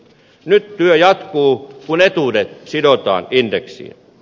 nyt työ jatkuu kun etuudet sidotaan indeksiin